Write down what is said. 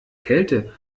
kälte